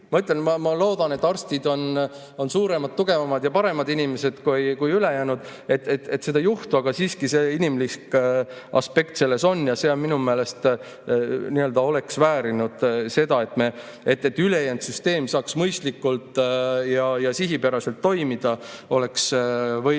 ma loodan, et arstid on suuremad, tugevamad ja paremad inimesed kui ülejäänud ja seda ei juhtu, aga siiski see inimlik aspekt selles on. Ja see oleks minu meelest väärinud eraldi arutamist. Selleks, et ülejäänud süsteem saaks mõistlikult ja sihipäraselt toimida, oleks võinud